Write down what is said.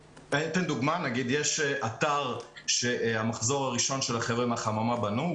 יש אתר שהמחזור הראשון של החבר'ה מהחממה בנו.